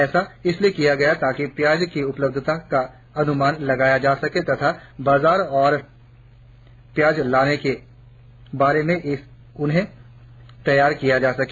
ऐसा इसलिए किया गया ताकि प्याज की उपलब्धता का अनुमान लगाया जा सके तथा बाजार में और प्जाय लाने के बारे में इन्हें तैयार किया जा सके